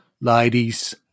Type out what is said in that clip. ladies